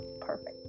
perfect